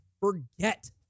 Forget